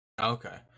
Okay